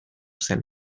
zen